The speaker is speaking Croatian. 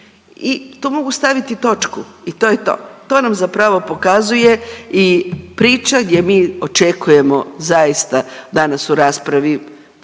I tu mogu staviti točku i to je to. To nam zapravo pokazuje i priča gdje mi očekujemo zaista danas u raspravi